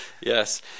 Yes